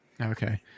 okay